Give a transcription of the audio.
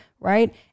Right